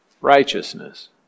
righteousness